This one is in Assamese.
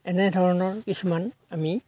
এনেধৰণৰ কিছুমান আমি